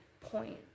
point